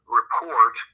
report